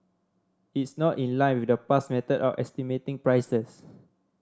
it's not in line with the past method of estimating prices